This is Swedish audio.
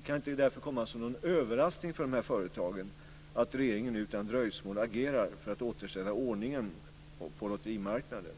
Det kan därför inte komma som någon överraskning för dessa företag att regeringen nu utan dröjsmål agerar för att återställa ordningen på lotterimarknaden.